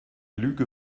lüge